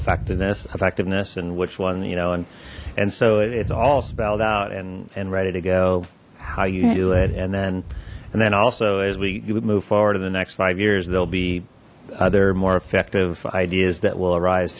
effectiveness effectiveness and which one you know and and so it's all spelled out and and ready to go how you do it and then and then also as we move forward in the next five years there'll be other more effective ideas that will arise